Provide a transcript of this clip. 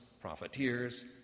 profiteers